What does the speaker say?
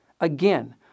Again